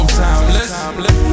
timeless